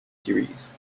series